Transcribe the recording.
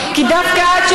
כי דווקא את,